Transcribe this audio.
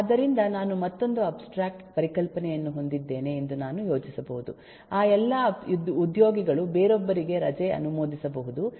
ಆದ್ದರಿಂದ ನಾನು ಮತ್ತೊಂದು ಅಬ್ಸ್ಟ್ರ್ಯಾಕ್ಟ್ ಪರಿಕಲ್ಪನೆಯನ್ನು ಹೊಂದಿದ್ದೇನೆ ಎಂದು ನಾನು ಯೋಚಿಸಬಹುದು ಆ ಎಲ್ಲ ಉದ್ಯೋಗಿಗಳು ಬೇರೊಬ್ಬರಿಗೆ ರಜೆ ಅನುಮೋದಿಸಬಹುದು